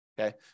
okay